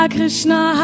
Krishna